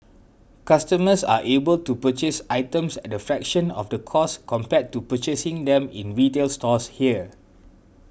customers are able to purchase items at a fraction of the cost compared to purchasing them in retail stores here